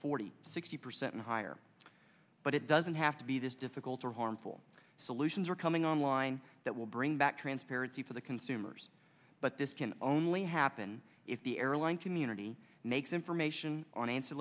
forty sixty percent and higher but it doesn't have to be this difficult or harmful solutions are coming online that will bring back transparency for the consumers but this can only happen if the airline community makes information on an